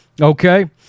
okay